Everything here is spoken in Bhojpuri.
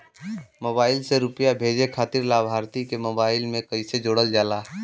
मोबाइल से रूपया भेजे खातिर लाभार्थी के मोबाइल मे कईसे जोड़ल जाला?